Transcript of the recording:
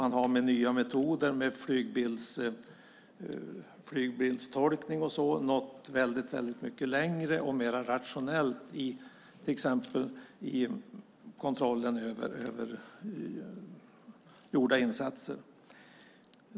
Man har med nya metoder, med flygbildstolkning och liknande, nått väldigt mycket längre, och det har blivit en mer rationell kontroll av gjorda insatser.